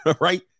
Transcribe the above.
right